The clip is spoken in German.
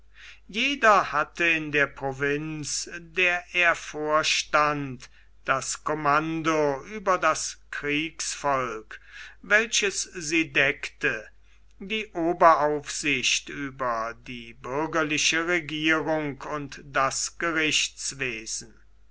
jeder hatte in der provinz der er vorstand das commando über das kriegsvolk welches sie deckte die oberaufsicht über die bürgerliche regierung und das